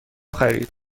خرید